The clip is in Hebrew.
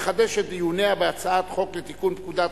לחדש את דיוניה בהצעת חוק לתיקון פקודת